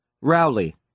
Rowley